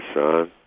son